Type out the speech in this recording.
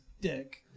dick